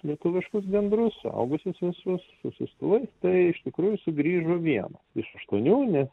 lietuviškus gandrus suaugusius visus su siųstuvais tai iš tikrųjų sugrįžo viena iš aštuonių nes